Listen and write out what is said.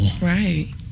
Right